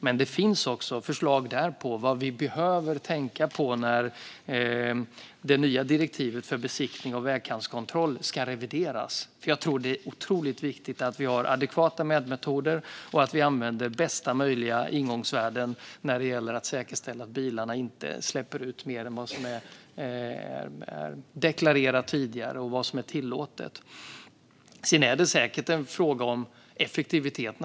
Men det finns också förslag där på vad vi behöver tänka på när det nya direktivet för besiktning och vägkantskontroll ska revideras. Jag tror att det är otroligt viktigt att vi har adekvata mätmetoder och att vi använder bästa möjliga ingångsvärden när det gäller att säkerställa att bilarna inte släpper ut mer än vad som är deklarerat tidigare och vad som är tillåtet. Sedan är det naturligtvis en fråga om effektivitet.